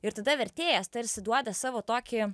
ir tada vertėjas tarsi duoda savo tokį